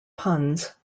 puns